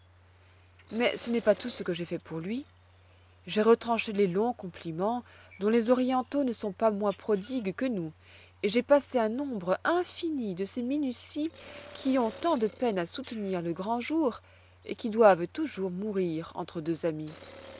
mais ce n'est pas tout ce que j'ai fait pour lui j'ai retranché les longs compliments dont les orientaux ne sont pas moins prodigues que nous et j'ai passé un nombre infini de ces minuties qui ont tant de peine à soutenir le grand jour et qui doivent toujours mourir entre deux amis